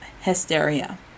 hysteria